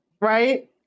right